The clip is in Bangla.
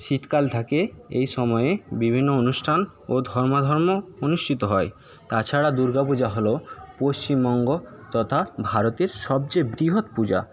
শীতকাল থাকে এই সময়ে বিভিন্ন অনুষ্ঠান ও ধর্মা ধর্ম অনুষ্ঠিত হয় তাছাড়া দুর্গাপূজা হলো পশ্চিমবঙ্গ তথা ভারতের সবচেয়ে বৃহৎ পূজা